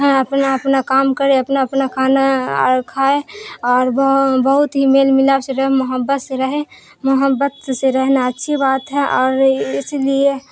اپنا اپنا کام کرے اپنا اپنا کھانا اور کھائے اور ب بہت ہی میل ملاپ سے رہے محبت سے رہے محبت سے رہنا اچھی بات ہے اور اس لیے